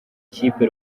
kipe